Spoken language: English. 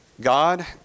God